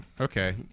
okay